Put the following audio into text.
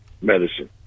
medicine